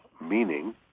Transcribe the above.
meaning